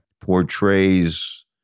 portrays